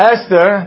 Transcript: Esther